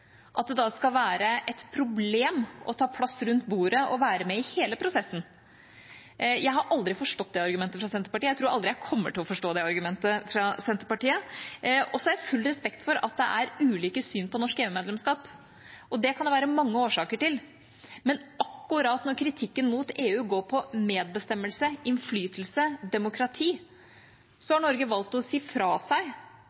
skal være et problem å ta plass rundt bordet og være med i hele prosessen. Jeg har aldri forstått det argumentet fra Senterpartiet, og jeg tror aldri jeg kommer til å forstå det argumentet fra Senterpartiet. Jeg har full respekt for at det er ulike syn på norsk medlemskap. Det kan det være mange årsaker til, men akkurat når kritikken mot EU går på medbestemmelse, innflytelse, demokrati,